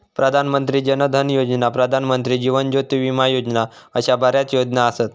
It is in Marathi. प्रधान मंत्री जन धन योजना, प्रधानमंत्री जीवन ज्योती विमा योजना अशा बऱ्याच योजना असत